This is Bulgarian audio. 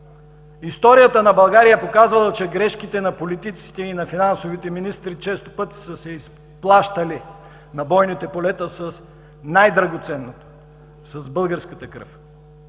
Историята на България е показала, че грешките на политиците и на финансовите министри често пъти са се изплащали на бойните полета с най-драгоценното – с българската кръв.